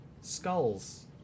Skulls